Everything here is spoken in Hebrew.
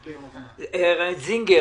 אסתר מירון, האם את בעד להעביר